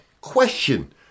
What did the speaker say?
question